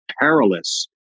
perilous